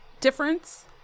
difference